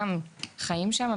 גם חיים שם,